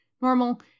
normal